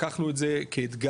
לקחנו את זה כאתגר,